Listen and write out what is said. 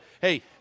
hey